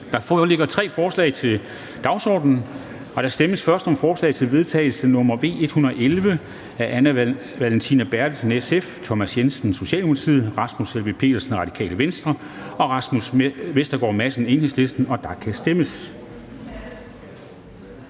foreligger tre forslag til vedtagelse. Der stemmes først om forslag til vedtagelse nr. V 111 af Anne Valentina Berthelsen (SF), Thomas Jensen (S), Rasmus Helveg Petersen (RV) og Rasmus Vestergaard Madsen (EL), og der kan stemmes.